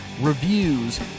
reviews